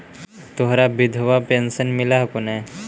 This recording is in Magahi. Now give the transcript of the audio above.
तोहरा विधवा पेन्शन मिलहको ने?